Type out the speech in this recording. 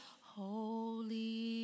holy